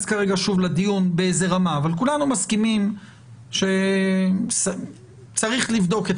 כרגע לדיון באיזו רמה אבל כולנו מסכימים שצריך לבדוק את